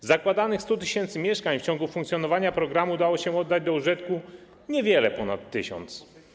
Z zakładanych 100 tysięcy mieszkań w czasie funkcjonowania programu udało się oddać do użytku niewiele ponad 1 tys.